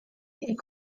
est